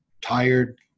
tired